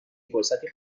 فرصتی